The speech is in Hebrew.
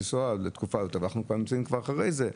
לנסוע לחוץ לארץ אבל אנחנו כבר אחרי התקופה הזאת.